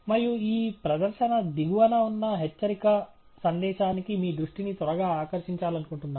మరియు ఈ ప్రదర్శన దిగువన ఉన్న హెచ్చరిక సందేశానికి మీ దృష్టిని త్వరగా ఆకర్షించాలనుకుంటున్నాను